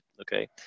okay